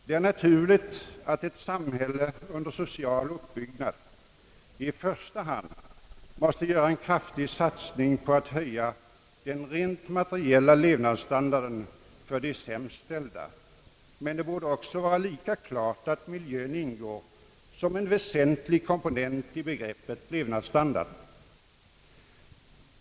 Det är naturligt att ett samhälle under social uppbyggnad i första hand måste göra en kraftig satsning på att höja den rent materiella levnadsstandarden för de sämst ställda, men det borde också vara lika klart att miljön ingår såsom en väsentlig komponent i begreppet levnadsstandard.